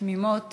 תמימות